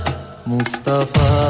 Mustafa